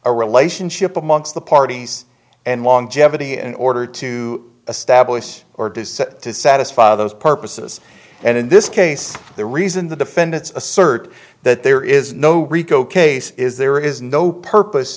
a relationship amongst the parties and long jeopardy in order to establish or does set to satisfy those purposes and in this case the reason the defendants assert that there is no rico case is there is no purpose